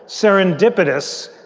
serendipitous,